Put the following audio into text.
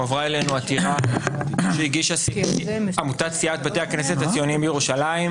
הועברה אלינו עתירה שהגישה עמותת סיעת בתי הכנסת הציוניים בירושלים,